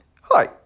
Hi